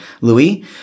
Louis